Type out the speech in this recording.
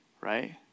Right